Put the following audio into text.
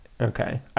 Okay